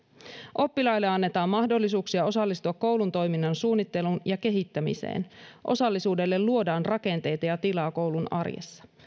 oppilaille annetaan mahdollisuuksia osallistua koulun toiminnan suunnitteluun ja kehittämiseen osallisuudelle luodaan rakenteita ja tilaa koulun arjessa